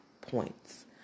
points